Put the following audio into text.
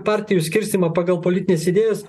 partijų skirstymą pagal politines idėjas